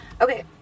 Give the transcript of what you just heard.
Okay